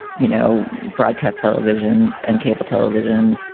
you know, broadcast television and cable television.